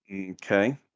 Okay